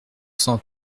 cent